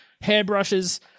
Hairbrushes